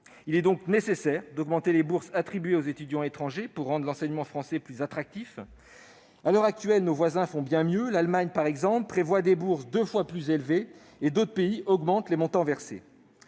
Il est donc nécessaire d'augmenter les bourses attribuées aux étudiants étrangers afin de rendre l'enseignement français plus attractif. À l'heure actuelle, nos voisins font bien mieux que nous : l'Allemagne, par exemple, prévoit des bourses deux fois plus élevées, tandis que d'autres pays augmentent les montants versés.